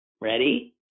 Ready